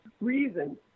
reason